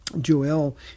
Joel